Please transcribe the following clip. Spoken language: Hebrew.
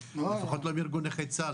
לפחות לא אם ארגון נכי צה"ל.